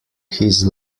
his